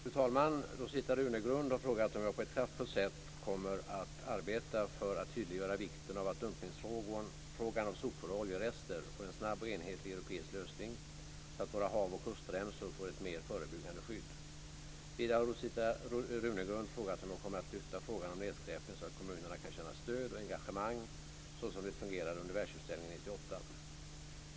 Fru talman! Rosita Runegrund har frågat om jag på ett kraftfullt sätt kommer att arbeta för att tydliggöra vikten av att frågan om dumpning av sopor och oljerester får en snabb och enhetlig europeisk lösning, så att våra hav och kustremsor får ett mer förebyggande skydd. Vidare har Rosita Runegrund frågat om jag kommer att lyfta fram frågan om nedskräpning så att kommunerna kan känna stöd och engagemang så som det fungerade under världsutställningen 1998.